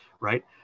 Right